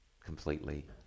completely